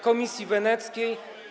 Komisji Weneckiej.